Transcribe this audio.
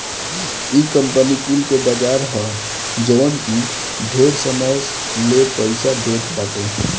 इ कंपनी कुल के बाजार ह जवन की ढेर समय ले पईसा देत बाटे